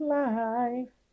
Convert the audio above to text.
life